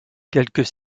quelques